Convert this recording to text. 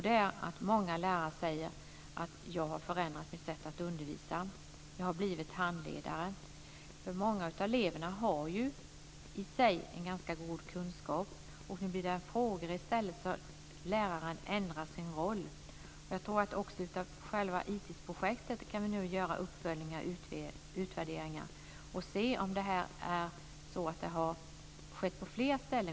Det är att många lärare säger att de har förändrat sitt sätt att undervisa, att de har blivit handledare. Många av eleverna har ju i sig en ganska god kunskap, och nu blir det frågor i stället. Läraren ändrar alltså sin roll. Jag tror också att vi av själva IT-projektet nu kan göra uppföljningar och utvärderingar och se om det här har skett på flera ställen.